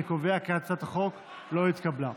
אני קובע כי הצעת החוק לא התקבלה.